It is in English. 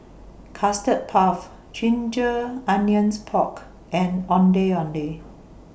Custard Puff Ginger Onions Pork and Ondeh Ondeh